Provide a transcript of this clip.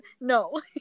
no